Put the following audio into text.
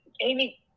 Amy